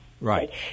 Right